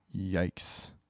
Yikes